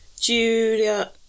Julia